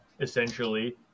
essentially